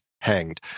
hanged